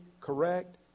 correct